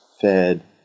fed